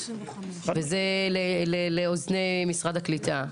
וזה לאוזני משרד הקליטה,